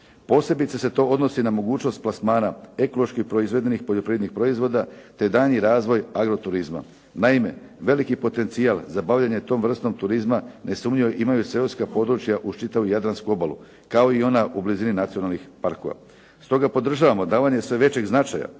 posebice se to odnosi na mogućnost plasmana ekološki proizvedenih poljoprivrednih proizvoda te daljnji razvoj agro turizma. Naime, veliki potencijal za bavljenje tom vrstom turizma nesumnjivo imaju seoska područja uz čitavu jadransku obalu, kao i ona u blizini nacionalnih parkova. Stoga podržavamo davanje sve većeg značaja